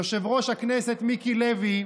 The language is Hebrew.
יושב-ראש הכנסת מיקי לוי,